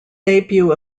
debut